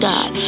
God